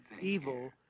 evil